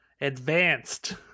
Advanced